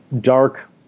dark